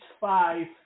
five